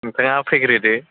नोंथाङा फैग्रोदो